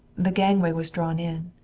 the gangway was drawn in.